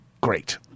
great